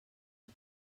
and